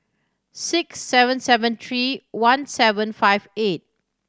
six seven seven three one seven five eight